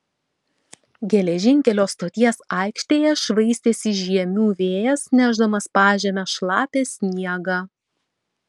geležinkelio stoties aikštėje švaistėsi žiemių vėjas nešdamas pažeme šlapią sniegą